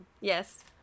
Yes